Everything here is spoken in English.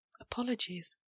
Apologies